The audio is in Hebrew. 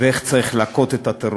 ואיך צריך להכות את הטרור.